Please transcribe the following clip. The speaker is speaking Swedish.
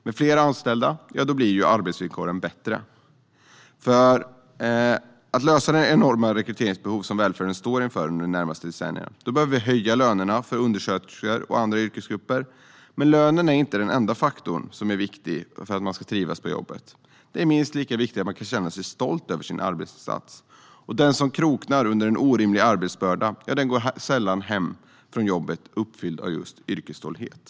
Med fler anställda blir arbetsvillkoren bättre. För att lösa det enorma rekryteringsbehov som välfärden står inför under de närmaste decennierna behöver vi höja lönerna för undersköterskor och andra yrkesgrupper. Men lönen är inte den enda faktorn som är viktig för att man ska trivas på jobbet. Det är minst lika viktigt att man kan känna sig stolt över sin arbetsinsats. Den som kroknar under en orimlig arbetsbörda går sällan hem från jobbet uppfylld av just yrkesstolthet.